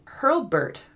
Hurlbert